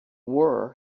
were